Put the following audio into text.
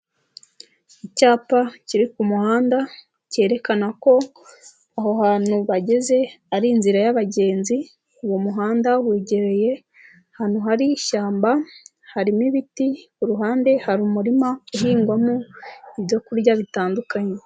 Icyapa kiri ku muhanda cyerekana ko aho hantu bageze ari inzira y'abagenzi, uwo muhanda wegereye ahantu hari ishyamba, harimo ibiti ku ruhande hari umurima uhingwamo ibyo kurya bitandukanye.